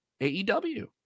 AEW